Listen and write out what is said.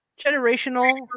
generational